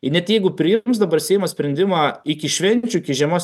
ir net jeigu priims dabar seimas sprendimą iki švenčių iki žemos